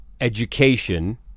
education